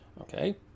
okay